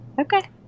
Okay